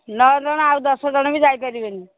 ନଅ ଜଣ ଆଉ ଦଶ ଜଣ ବି ଯାଇପାରିବେନି